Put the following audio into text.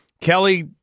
Kelly